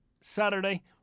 Saturday